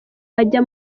ajya